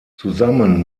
zusammen